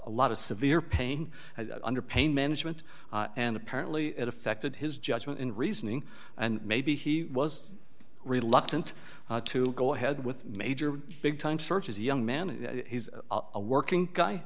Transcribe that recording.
a lot of severe pain under pain management and apparently it affected his judgment in reasoning and maybe he was reluctant to go ahead with major big time search as a young man and he's a working guy